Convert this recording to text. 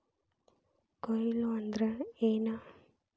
ಕೊಯ್ಲು ಅಂದ್ರ ಏನ್?